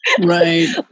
Right